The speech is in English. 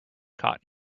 caught